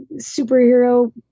superhero